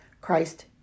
Christ